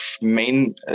main